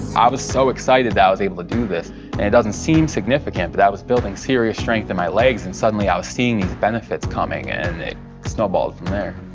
i was so excited that i was able to do this, and it doesn't seem significant, but i was building serious strength in my legs, and suddenly i was seeing these benefits coming, and it snowballed from there.